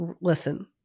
listen